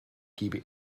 gäbe